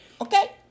Okay